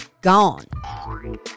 gone